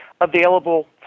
available